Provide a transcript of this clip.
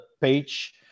page